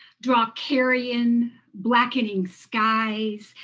draw carrion blackening skies,